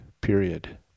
period